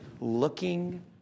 looking